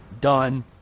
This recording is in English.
done